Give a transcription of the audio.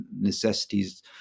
necessities